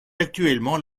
actuellement